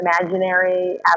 imaginary